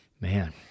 Man